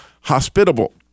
hospitable